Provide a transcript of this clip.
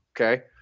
Okay